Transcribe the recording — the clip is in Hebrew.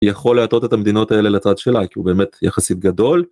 יכול להטות את המדינות האלה לצד שלה כי הוא באמת יחסית גדול.